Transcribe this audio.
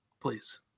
please